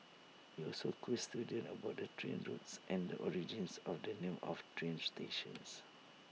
he also quizzed students about the train routes and the origins of the names of train stations